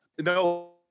No